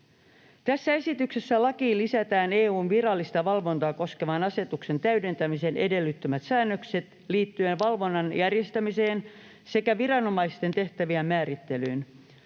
Tässä esityksessä lakiin lisätään EU:n virallista valvontaa koskevan asetuksen täydentämisen edellyttämät säännökset liittyen valvonnan järjestämiseen sekä viranomaisten tehtävien määrittelyyn.